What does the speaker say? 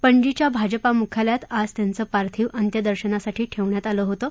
पणजीच्या भाजपा मुख्यालयात आज त्यांचं पार्थिव अंत्यदर्शनासाठी ठेवण्यात आलं होतं